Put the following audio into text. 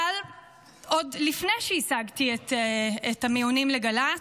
אבל עוד לפני שהשגתי את המיונים לגל"צ,